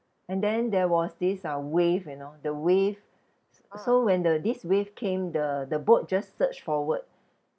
and then there was this uh wave you know the wave s~ so when the this wave came the the boat just surged forward